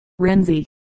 Renzi